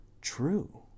true